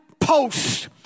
post